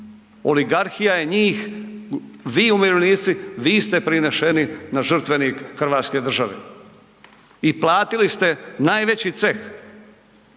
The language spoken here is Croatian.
Oligarhija je njih, vi umirovljenici, vi ste prinešeni na žrtvenik hrvatske države i platili ste najveći ceh,